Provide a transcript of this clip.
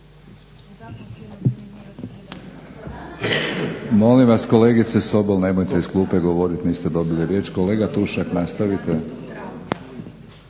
Molim vas kolegice Sobol nemojte iz klupe govoriti, niste dobili riječ. Kolega Tušak nastavite.